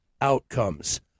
outcomes